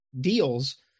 deals